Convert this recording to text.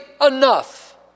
Enough